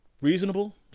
reasonable